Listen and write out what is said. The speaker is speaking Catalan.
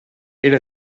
era